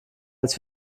als